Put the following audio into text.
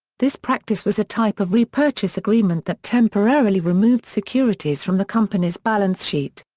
this practice was a type of repurchase agreement that temporarily removed securities from the company's balance sheet.